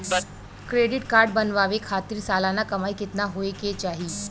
Credit card बनवावे खातिर सालाना कमाई कितना होए के चाही?